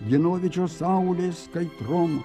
dienovydžio saulės kaitrom